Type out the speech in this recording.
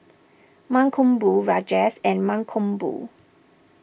Mankombu Rajesh and Mankombu